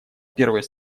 первой